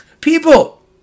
People